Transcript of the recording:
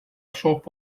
soap